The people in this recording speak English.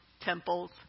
temples